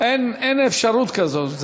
אין אפשרות כזאת.